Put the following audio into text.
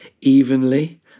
evenly